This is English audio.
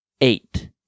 Eight